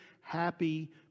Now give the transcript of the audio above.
happy